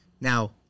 now